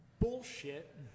bullshit